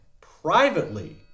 privately